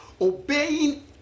obeying